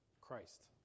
Christ